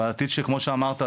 וכמו שאמרת,